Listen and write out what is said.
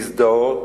להזדהות,